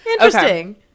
interesting